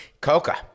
Coca